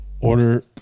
order